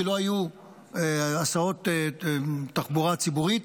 כי לא היו הסעות של התחבורה הציבורית,